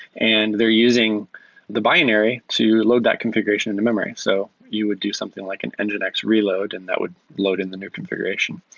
and they're using the binary to load that configuration into memory. so you would do something like an and nginx reload, and that would load in the new configuration.